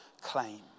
claim